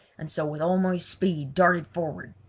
and so with all my speed darted forward.